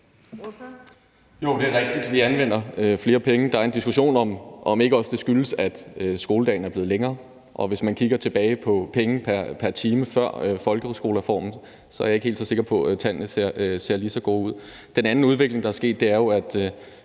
Det er rigtigt, at vi anvender flere penge. Der er en diskussion om, om det ikke også skyldes, at skoledagen er blevet længere, men hvis man kigger tilbage på penge per time før folkeskolereformen, er jeg ikke helt så sikker på, at tallene ser lige så gode ud. Den anden udvikling, der er sket, er jo, at